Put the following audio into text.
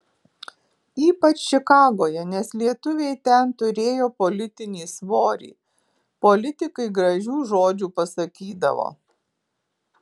ypač čikagoje nes lietuviai ten turėjo politinį svorį politikai gražių žodžių pasakydavo